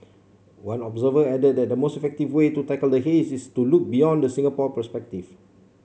one observer added that the most effective way to tackle the haze is to look beyond the Singapore perspective